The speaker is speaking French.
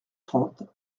trente